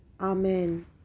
Amen